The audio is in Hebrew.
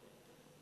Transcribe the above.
אפילו לא,